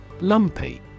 Lumpy